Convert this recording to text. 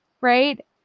right